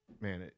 Man